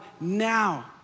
now